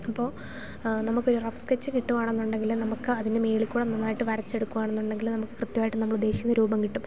അപ്പോൾ നമ്മൾക്കൊരു rough sketch കിട്ടുകയാണെന്നുണ്ടെങ്കിൽ നമുക്ക് അതിന് മുകളിൽക്കൂടി നന്നായിട്ട് വരച്ചെടുക്കുകയാണെന്നുണ്ടെങ്കിൽ നമുക്ക് കൃത്യമായിട്ട് നമ്മളുദ്ദേശിക്കുന്ന രൂപം കിട്ടും